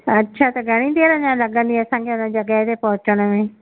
अच्छा त घणी देरि अञां लॻंदी असांखे हुन जॻह ते पहुचण में